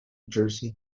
jersey